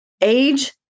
Age